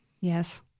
Yes